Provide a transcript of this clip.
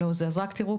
טכנולוגיות.